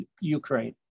Ukraine